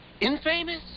infamous